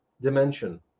dimension